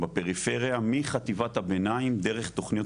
בפריפריה מחטיבת הביניים דרך תכניות